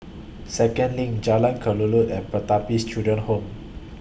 Second LINK Jalan Kelulut and Pertapis Children Home